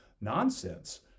nonsense